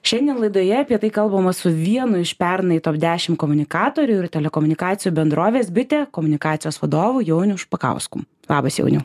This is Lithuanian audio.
šiandien laidoje apie tai kalbama su vienu iš pernai top dešimt komunikatorių ir telekomunikacijų bendrovės bitė komunikacijos vadovo jauniu špakausku labas jauniau